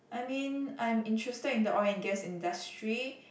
I mean I'm interested in the oil and gas industry